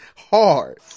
hard